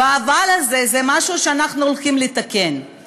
וה"אבל" הזה זה משהו שאנחנו הולכים לתקן,